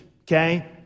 okay